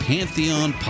Pantheon